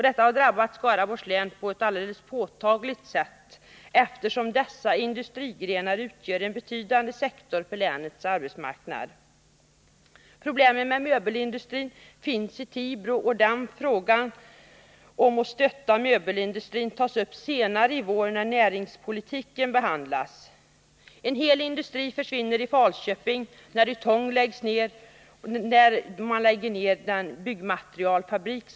Detta har drabbat Skaraborgs län på ett påtagligt sätt, eftersom dessa industrigrenar utgör en betydande sektor av länets arbetsmarknad. Problemen med möbelindustrin finns i Tibro — frågan om att stötta möbelindustrin tas upp senare i vår, då näringspolitiken behandlas. En hel industri försvinner i Falköping när Ytong lägger ner sin byggmaterialfabrik.